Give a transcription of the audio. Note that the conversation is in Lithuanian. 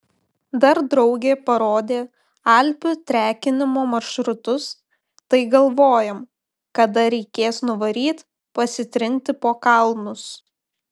dar draugė parodė alpių trekinimo maršrutus tai galvojam kada reikės nuvaryt pasitrinti po kalnus